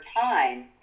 time